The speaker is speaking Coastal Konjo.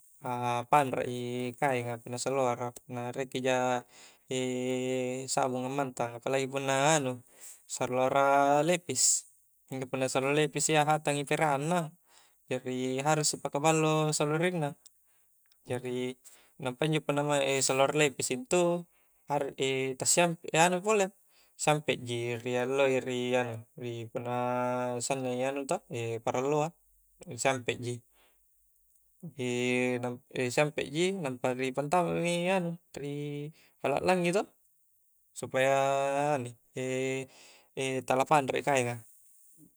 A panrak i kaeng a punna saloara punna riekija sabung ammantang apalagi punna anu saloara levis punna saloaara levis ia hatang i peranna jari harus i paka ballo solorinna jari nampannjo punna saloaara levis intu anu pole sampek ji rialloi ri punna sannak i anu toh paralloa siampek ji nampa ripantamak mi anu ri palklangngi toh supaya tala panrak i kaeng a